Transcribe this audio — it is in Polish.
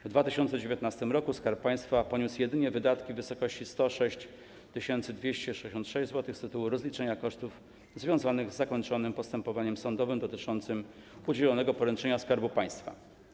W 2019 r. Skarb Państwa poniósł jedynie wydatki w wysokości 106 266 zł z tytułu rozliczenia kosztów związanych z zakończonym postępowaniem sądowym dotyczącym udzielonego poręczenia Skarbu Państwa.